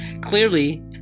Clearly